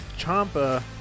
Champa